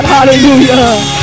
Hallelujah